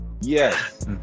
yes